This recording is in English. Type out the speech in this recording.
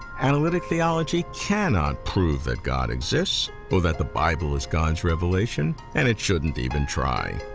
analytic theology cannot prove that god exists or that the bible is god's revelation, and it shouldn't even try.